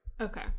Okay